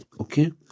Okay